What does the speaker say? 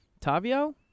Tavio